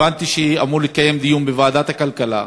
הבנתי שאמור להתקיים דיון בוועדת הכלכלה.